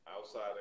Outside